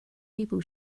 people